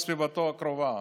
וסביבתו הקרובה.